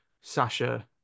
Sasha